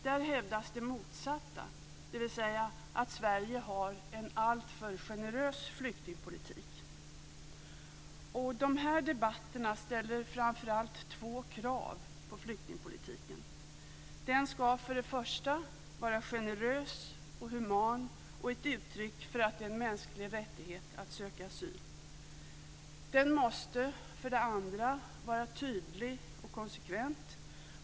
Där hävdas det motsatta, dvs. att Sverige har en alltför generös flyktingpolitik. De här debatterna ställer framför allt två krav på flyktingpolitiken. Den ska för det första vara generös och human och vara ett uttryck för att det är en mänsklig rättighet att söka asyl. Den måste för det andra vara tydlig och konsekvent.